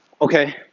okay